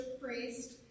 priest